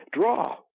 draw